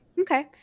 okay